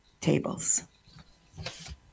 tables